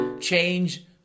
Change